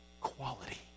quality